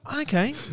okay